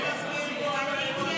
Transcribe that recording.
הסתייגות 84